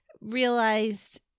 realized